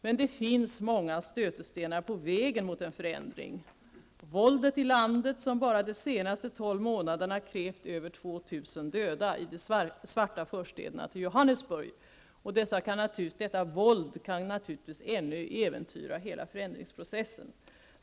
Men det finns många stötestenar på vägen mot en förändring -- våldet i landet, som bara de senaste 12 månaderna krävt över 2 000 döda i de svarta förstäderna till Johannesburg, kan naturligtvis ännu äventyra hela förändringsprocessen.